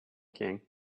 king